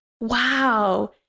wow